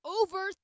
over